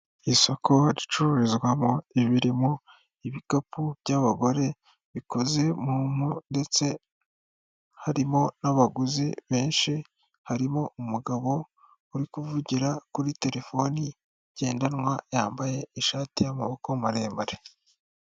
Isoko ricururizwamo ibirimo ibikapu by'abagore bikoze mu mpu ndetse harimo n'abaguzi benshi. Harimo umugabo uri kuvugira kuri terefoni ngendanwa, yambaye ishati y'amaboko maremare.